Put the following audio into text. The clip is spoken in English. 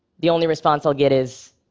the only response i'll get is,